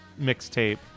mixtape